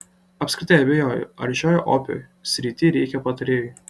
apskritai abejoju ar šioj opioj srity reikia patarėjų